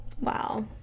wow